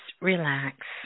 relax